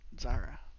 Zara